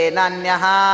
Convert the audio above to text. Nanyaha